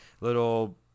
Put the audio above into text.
little